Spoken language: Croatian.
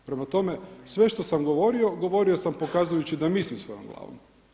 Prema tome, sve što sam govorio, govorio sam pokazujući da mislim svojom glavom.